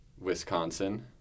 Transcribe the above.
Wisconsin